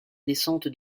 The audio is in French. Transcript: descente